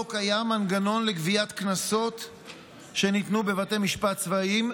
קיים מנגנון לגביית קנסות שניתנו בבתי משפט צבאיים.